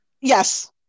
Yes